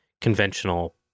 conventional